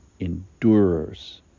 endurers